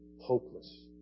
hopeless